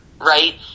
right